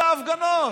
את ההפגנות.